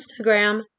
Instagram